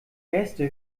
erste